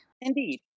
Indeed